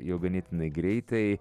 jau ganėtinai greitai